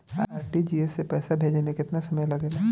RTGS से पैसा भेजे में केतना समय लगे ला?